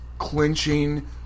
Clinching